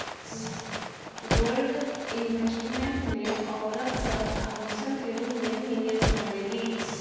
gold investment में औरत सब आभूषण के रूप में निवेश करेली